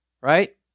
right